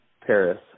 Paris